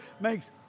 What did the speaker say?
makes